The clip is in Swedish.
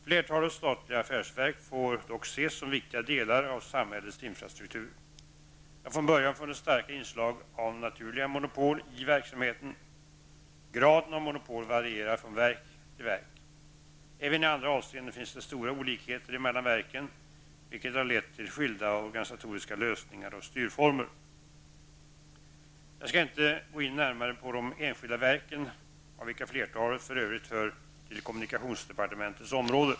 Flertalet statliga affärsverk får dock ses som viktiga delar av samhällets infrastruktur. Det har från början funnits starka inslag av naturliga monopol i verksamheten. Graden av monopol varierar från verk till verk. Även i andra avseenden finns det stora olikheter mellan verken, vilket har lett till skilda organisatoriska lösningar och styrformer. Jag skall inte gå in närmare på de enskilda verken, av vilka flertalet för övrigt hör till kommunikationsdepartementets område.